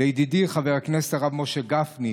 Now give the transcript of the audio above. לידידי חבר הכנסת הרב משה גפני,